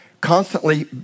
constantly